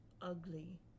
ugly